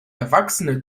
erwachsene